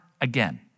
again